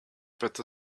better